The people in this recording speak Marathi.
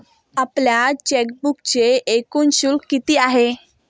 आपल्या चेकबुकचे एकूण शुल्क किती आहे?